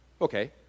Okay